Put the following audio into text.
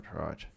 right